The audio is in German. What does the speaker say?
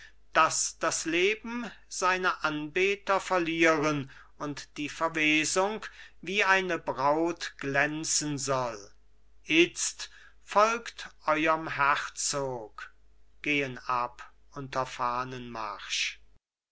daß das leben seine anbeter verlieren und die verwesung wie eine braut glänzen soll itzt folgt euerm herzog gehen ab unter